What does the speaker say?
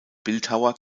bildhauer